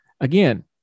Again